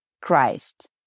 Christ